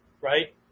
right